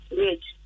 rich